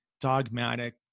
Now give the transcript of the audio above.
dogmatic